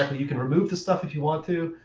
and you can remove this stuff if you want to,